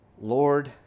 Lord